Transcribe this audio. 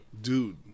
Dude